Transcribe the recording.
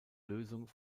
lösung